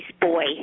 boy